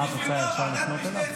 חשבון נפש הכי גדול שראינו.